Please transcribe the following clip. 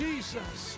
Jesus